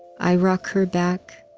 i rock her back,